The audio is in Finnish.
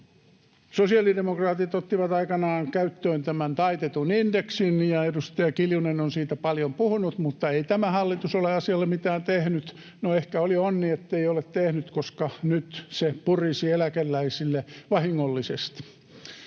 Sosiaalidemokraatit ottivat aikanaan käyttöön tämän taitetun indeksin, ja edustaja Kiljunen on siitä paljon puhunut, mutta ei tämä hallitus ole asialle mitään tehnyt. No ehkä oli onni, ettei ole tehnyt, koska nyt se purisi eläkeläisille vahingollisesti.